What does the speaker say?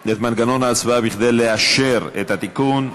את מנגנון ההצבעה כדי לאשר את התיקון.